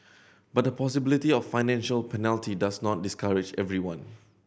but the possibility of financial penalty does not discourage everyone